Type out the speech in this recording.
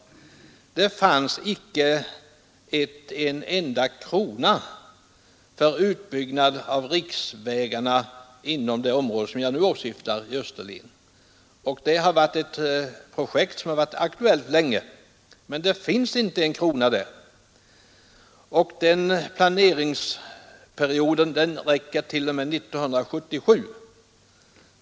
Efter den satsningen fanns det inte en enda krona för utbyggnad av riksvägarna inom det område i Österlen som jag nu syftar på, och det var ändå ombyggnader som varit aktuella länge. Men det fanns inte en enda krona kvar av anslaget! Och planeringsperioden sträcker sig t.o.m. 1977!